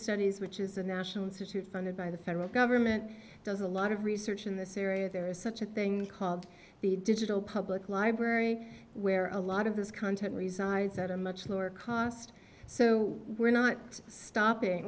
studies which is a national institute funded by the federal government does a lot of research in this area there is such a thing called the digital public library where a lot of this content resides at a much lower cost so we're not stopping